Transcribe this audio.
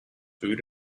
food